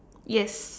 yes